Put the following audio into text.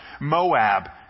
Moab